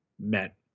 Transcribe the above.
met